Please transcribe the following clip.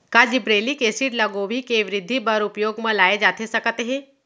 का gibberellic acid ल गोभी के वृद्धि बर उपयोग म लाये जाथे सकत हे?